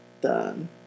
done –